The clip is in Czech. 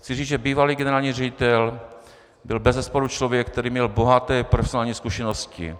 Chci říci, že bývalý generální ředitel byl bezesporu člověk, který měl bohaté profesionální zkušenosti.